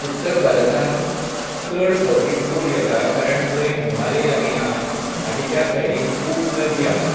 उत्तर भारतांत चड फावटी पूर येता कारण थंय हिमालय लागीं आहा आनी त्या सायडीन खूब नदी आसात